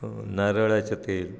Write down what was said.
नारळाचे तेल